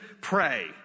pray